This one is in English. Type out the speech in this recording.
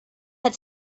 had